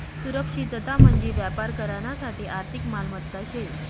सुरक्षितता म्हंजी व्यापार करानासाठे आर्थिक मालमत्ता शे